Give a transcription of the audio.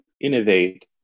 innovate